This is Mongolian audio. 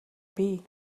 бий